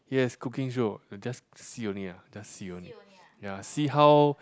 yes cooking show just see only ah just see only ya see how